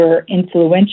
influential